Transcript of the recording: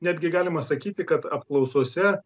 netgi galima sakyti kad apklausose